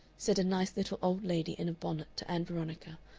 said a nice little old lady in a bonnet to ann veronica,